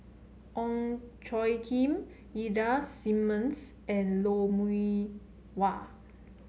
Ong Tjoe Kim Ida Simmons and Lou Mee Wah